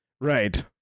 Right